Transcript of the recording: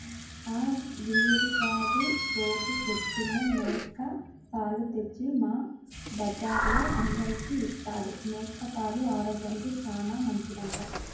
ఆ వీరిగాడు రోజూ పొద్దన్నే మేక పాలు తెచ్చి మా బజార్లో అందరికీ ఇత్తాడు, మేక పాలు ఆరోగ్యానికి చానా మంచిదంట